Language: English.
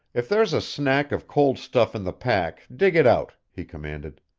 if there's a snack of cold stuff in the pack dig it out, he commanded.